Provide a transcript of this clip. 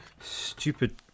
Stupid